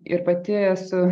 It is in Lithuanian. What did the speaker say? ir pati esu